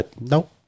Nope